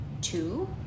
two